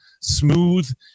smooth